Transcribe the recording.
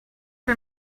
for